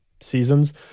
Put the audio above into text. seasons